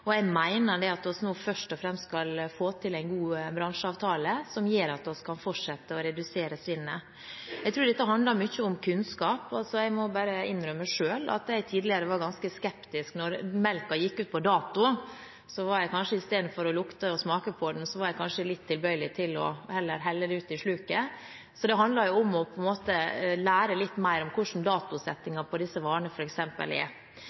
Jeg mener at vi nå først og fremst skal få til en god bransjeavtale som gjør at vi kan fortsette å redusere svinnet. Jeg tror det handler mye om kunnskap. Jeg må bare innrømme at jeg selv tidligere var ganske skeptisk når melka gikk ut på dato. Istedenfor å lukte og smake på den, var jeg kanskje litt tilbøyelig til heller å helle den ut i sluket, så det handler på en måte om å lære litt mer om f.eks. hvordan datosettingen på disse varene er. Egg er